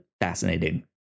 fascinating